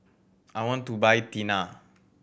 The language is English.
I want to buy Tena